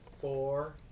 four